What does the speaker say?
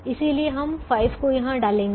इसलिए हम 5 को यहां डालेंगे